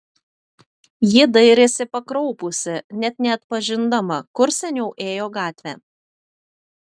ji dairėsi pakraupusi net neatpažindama kur seniau ėjo gatvė